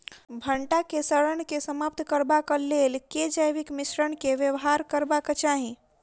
भंटा केँ सड़न केँ समाप्त करबाक लेल केँ जैविक मिश्रण केँ व्यवहार करबाक चाहि?